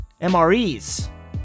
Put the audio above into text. MREs